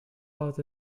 out